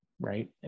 right